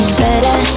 better